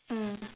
mm